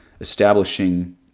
establishing